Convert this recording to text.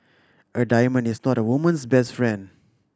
a diamond is not a woman's best friend